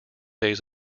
days